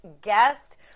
guest